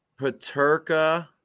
Paterka